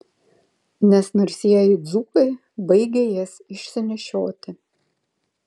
nes narsieji dzūkai baigia jas išsinešioti